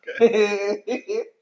Okay